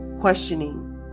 questioning